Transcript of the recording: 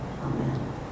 amen